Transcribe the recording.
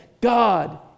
God